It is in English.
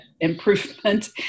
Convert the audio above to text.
improvement